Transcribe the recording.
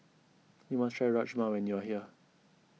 you must try Rajma when you are here